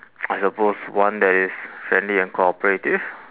I suppose one that is friendly and cooperative